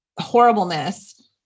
horribleness